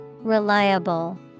reliable